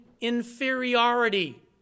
inferiority